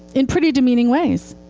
in pretty demeaning ways.